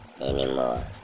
anymore